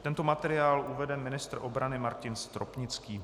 Tento materiál uvede ministr obrany Martin Stropnický.